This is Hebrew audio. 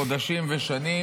חודשים ושנים,